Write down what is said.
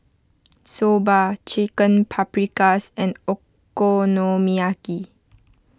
Soba Chicken Paprikas and Okonomiyaki